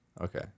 okay